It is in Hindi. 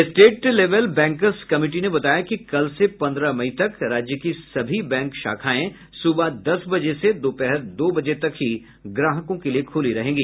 स्टेट लेवल बैंकर्स कमिटी ने बताया कि कल से पन्द्रह मई तक राज्य की सभी बैंक शाखाएं सुबह दस बजे से दोपहर दो बजे तक ही ग्राहकों के लिए खुली रहेंगी